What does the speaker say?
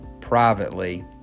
privately